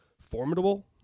formidable